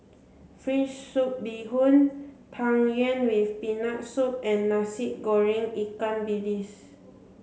fish soup bee hoon tang yuen with peanut soup and Nasi Goreng Ikan Bilis